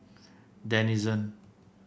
denizen